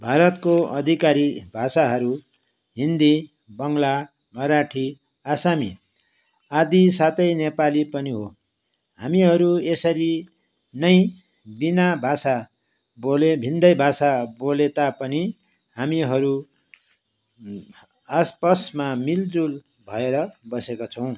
भारतको अधिकारी भाषाहरू हिन्दी बङ्ला मराठी आसामी आदि साथै नेपाली पनि हो हामीहरू यसरी नै बिना भाषा बोले भिन्दै भाषा बोले तापनि हामीहरू आसपासमा मिलजुल भएर बसेका छौँ